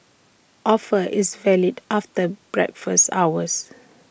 offer is valid after breakfast hours